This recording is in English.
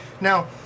Now